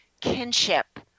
kinship